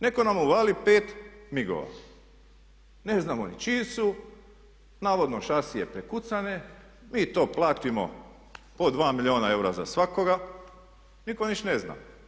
Neko nam uvali 5 migova, ne znamo ni čiji su, navodno šasije prekucane, mi to platimo po 2 milijuna eura za svakoga, nitko ništa ne zna.